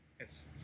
yes